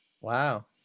Wow